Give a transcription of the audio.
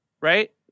right